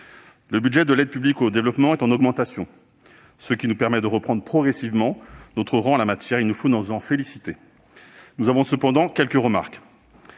le budget de l'aide publique au développement est en augmentation, ce qui nous permet de reprendre progressivement notre rang en la matière ; il nous faut nous en féliciter. Je formulerai quelques remarques,